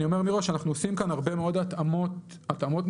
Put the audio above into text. אני אומר מראש שאנחנו עושים כאן הרבה מאוד התאמות ניסוחיות,